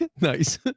Nice